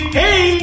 hey